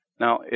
Now